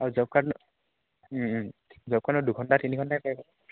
আৰু job card job কাৰ্ডত দুঘণ্টা তিনি ঘণ্টাই